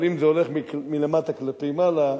אבל אם זה הולך מלמטה כלפי מעלה,